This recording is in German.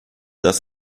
das